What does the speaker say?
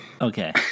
Okay